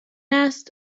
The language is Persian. است